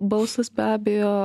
balsas be abejo